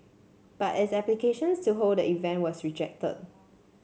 but its applications to hold the event was rejected